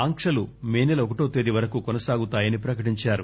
ఆంక్షలు మే నెల ఒకటవ తేదీ వరకు కొనసాగుతాయని ప్రకటించారు